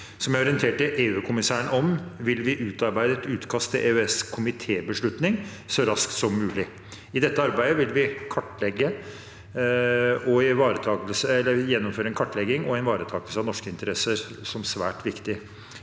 Som jeg orienterte EUkommissæren om, vil vi utarbeide et utkast til en EØSkomitébeslutning så raskt som mulig. I dette arbeidet vil vi gjennomføre en kartlegging om ivaretakelse av norske interesser, som er svært viktig.